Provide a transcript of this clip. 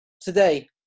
today